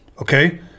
okay